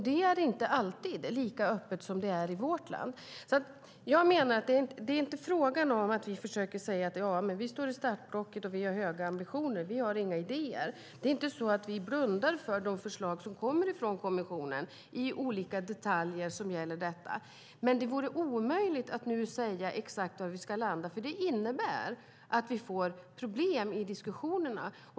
Det är inte alltid lika öppet som det är i vårt land. Det är inte frågan om att vi försöker säga: Vi står i startblocket och har höga ambitioner, men vi har inga idéer. Det är inte så att vi blundar för de förslag som kommer från kommissionen i olika detaljer som gäller detta. Men det vore omöjligt att nu säga exakt var vi ska landa. Det innebär att vi får problem i diskussionerna.